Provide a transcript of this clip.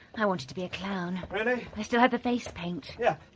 i wanted to be a clown. really? i still have the face paint. yep.